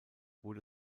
wurde